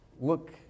look